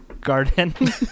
garden